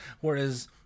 Whereas